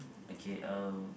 okay uh